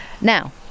Now